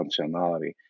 functionality